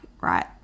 right